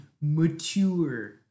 mature